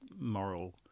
moral